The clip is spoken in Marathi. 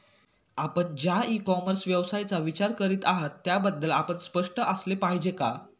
आपण ज्या इ कॉमर्स व्यवसायाचा विचार करीत आहात त्याबद्दल आपण स्पष्ट असले पाहिजे का?